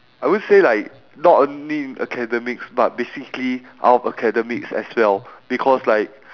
I would say like not only in academics but basically out of academics as well because like